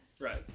Right